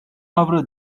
avro